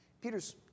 Peter's